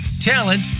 talent